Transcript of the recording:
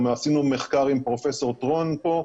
גם עשינו מחקר עם פרופ' טרואן פה,